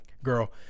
girl